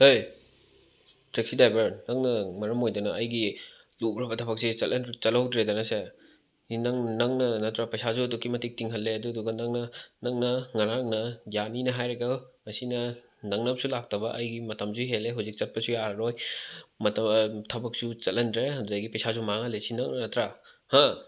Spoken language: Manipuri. ꯍꯦ ꯇꯦꯛꯁꯤ ꯗ꯭ꯔꯥꯏꯕꯔ ꯅꯪꯅ ꯃꯔꯝ ꯑꯣꯏꯗꯅ ꯑꯩꯒꯤ ꯂꯨꯈ꯭ꯔꯕ ꯊꯕꯛꯁꯦ ꯆꯠꯍꯧꯗ꯭ꯔꯦꯗꯅ ꯁꯦ ꯅꯪꯅ ꯅꯠꯇ꯭ꯔ ꯄꯩꯁꯥꯁꯨ ꯑꯗꯨꯛꯀꯤ ꯃꯇꯤꯛ ꯇꯤꯡꯍꯜꯂꯦ ꯑꯗꯨꯗꯨꯒ ꯅꯪꯅ ꯅꯪꯅ ꯉꯔꯥꯡꯅ ꯌꯥꯅꯤꯅ ꯍꯥꯏꯔꯒ ꯉꯁꯤꯅ ꯅꯪꯅꯕꯁꯨ ꯂꯥꯛꯇꯕ ꯑꯩꯒꯤ ꯃꯇꯝꯁꯨ ꯍꯦꯜꯂꯦ ꯍꯧꯖꯤꯛ ꯆꯠꯄꯁꯨ ꯌꯥꯔꯔꯣꯏ ꯃꯇꯝ ꯊꯕꯛꯁꯨ ꯆꯠꯂꯝꯗ꯭ꯔꯦ ꯑꯗꯨꯗꯒꯤ ꯄꯩꯁꯥꯁꯨ ꯃꯥꯡꯍꯜꯂꯦ ꯁꯤ ꯅꯪꯅ ꯅꯠꯇ꯭ꯔ ꯍꯥ